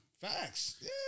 Facts